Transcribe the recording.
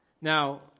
Now